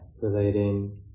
relating